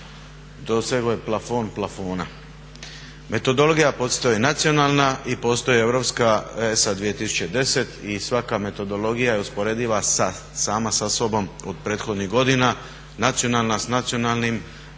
Dosegao je plafon plafona. Metodologija postoji nacionalna i postoji europska ESA 2010. i svaka metodologija je usporediva sama sa sobom od prethodnih godina. Nacionalna sa nacionalnim brojevima